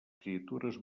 criatures